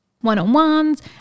one-on-ones